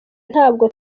ntabwo